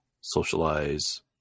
socialize